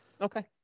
Okay